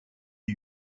les